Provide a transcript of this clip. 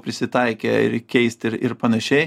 prisitaikę ir keisti ir ir panašiai